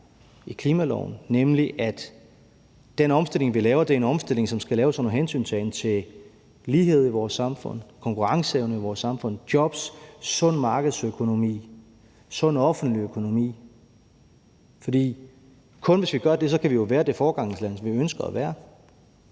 i klimaloven, nemlig at den omstilling, vi laver, er en omstilling, som skal laves under hensyntagen til lighed i vores samfund, konkurrenceevne i vores samfund, jobs, sund markedsøkonomi, sund offentlig økonomi, fordi vi jo kun, hvis vi gør det, kan være det foregangsland, som vi ønsker at være.